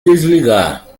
desligar